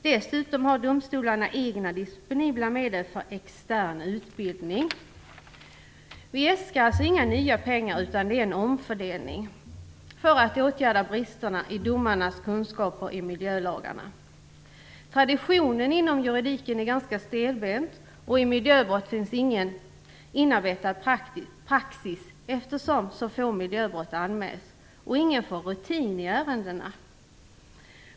Dessutom har domstolarna egna disponibla medel för extern utbildning. Vi äskar alltså inte nya pengar, utan det är fråga om en omfördelning för att åtgärda bristerna i domarnas kunskaper i miljölagarna. Traditionen inom juridiken är ganska stelbent, och i miljöbrott finns ingen inarbetad praxis, eftersom så få miljöbrott anmäls och ingen får rutin i ärendena.